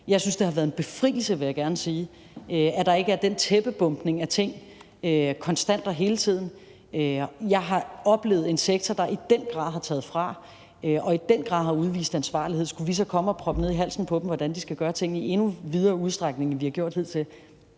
Jeg synes, det har været en befrielse, vil jeg gerne sige, at der ikke er den tæppebombning med ting konstant og hele tiden. Jeg har oplevet en sektor, der i den grad har taget fra og i den grad har udvist ansvarlighed. Skulle vi så komme og proppe ned i halsen på dem, hvordan de skal gøre tingene, i endnu videre udstrækning, end vi har gjort hidtil?